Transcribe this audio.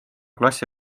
klassi